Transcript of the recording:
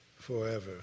forever